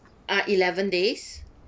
uh eleven days